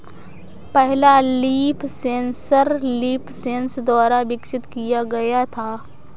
पहला leaf sensor LeafSens द्वारा विकसित किया गया था